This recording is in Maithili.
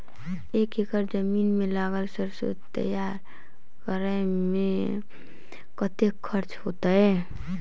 दू एकड़ जमीन मे लागल सैरसो तैयार करै मे कतेक खर्च हेतै?